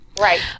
Right